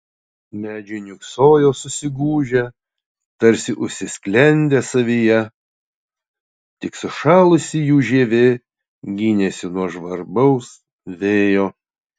medžiai niūksojo susigūžę tarsi užsisklendę savyje tik sušalusi jų žievė gynėsi nuo žvarbaus vėjo